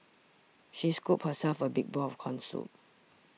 she scooped herself a big bowl of Corn Soup